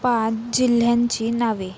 पाच जिल्ह्यांची नावे